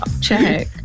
check